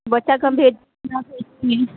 बच्चा कऽ हम भेजी कि नहि भेजी